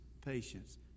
patience